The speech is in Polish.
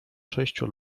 sześciu